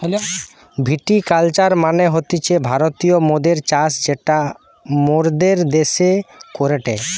ভিটি culture মানে হতিছে ভারতীয় মদের চাষ যেটা মোরদের দ্যাশে করেটে